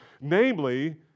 namely